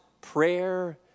prayer